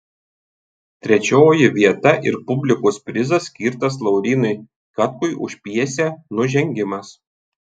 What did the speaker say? trečioji vieta ir publikos prizas skirtas laurynui katkui už pjesę nužengimas